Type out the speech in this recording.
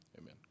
amen